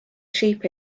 sheep